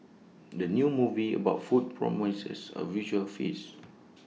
the new movie about food promises A visual feast